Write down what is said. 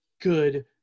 good